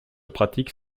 pratique